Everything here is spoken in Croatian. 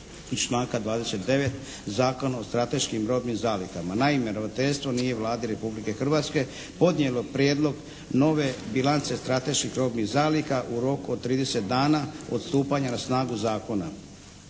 članka 29. Zakona o strateškim robnim zalihama. Naime, ravnateljstvo nije Vladi Republike Hrvatske podnijelo prijedlog nove bilance strateških robnih zaliha u roku od 30 dana od stupanja na snagu zakona.